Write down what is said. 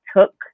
took